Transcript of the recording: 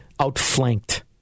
outflanked